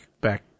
back